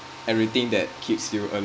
everything that keeps you